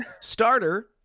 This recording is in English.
Starter